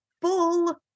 full